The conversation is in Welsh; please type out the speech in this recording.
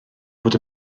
fod